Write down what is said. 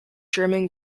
german